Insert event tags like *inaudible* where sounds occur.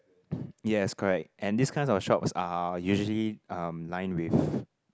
*breath* yes correct and these kind of shops are usually um line with